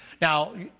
Now